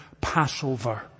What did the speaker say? passover